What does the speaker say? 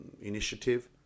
initiative